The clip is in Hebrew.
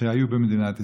שהיו במדינת ישראל: